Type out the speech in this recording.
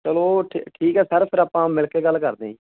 ਚਲੋ ਠ ਠੀਕ ਹੈ ਸਰ ਫਿਰ ਆਪਾਂ ਮਿਲ ਕੇ ਗੱਲ ਕਰਦੇ ਹਾਂ ਜੀ